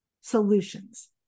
solutions